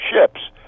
ships